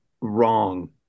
wrong